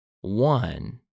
One